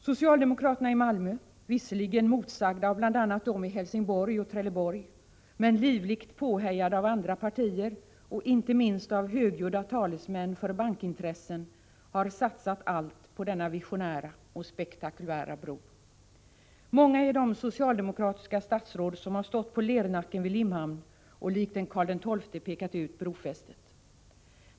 Socialdemokraterna i Malmö, visserligen motsagda av bl.a. partikamraterna i Helsingborg och Trelleborg, men livligt påhejade av andra partier och inte minst av högljudda talesmän för bankintressen, har satsat allt på denna visionära och spektakulära bro. Många är de socialdemokratiska statsråd som har stått på Lernacken vid Limhamn och likt en Karl XII pekat ut brofästet.